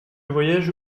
voyage